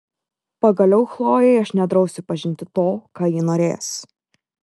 pagaliau chlojei aš nedrausiu pažinti to ką ji norės